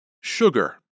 sugar